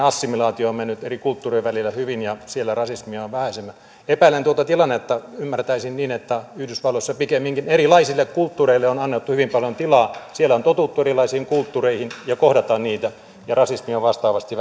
assimilaatio on mennyt eri kulttuurien välillä hyvin ja siellä rasismia on vähemmän epäilen tuota tilannetta ymmärtäisin niin että yhdysvalloissa pikemminkin erilaisille kulttuureille on annettu hyvin paljon tilaa siellä on totuttu erilaisiin kulttuureihin ja kohdataan niitä ja rasismia on vastaavasti